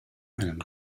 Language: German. einen